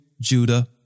Judah